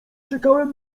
czekałem